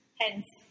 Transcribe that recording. hence